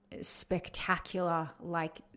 spectacular-like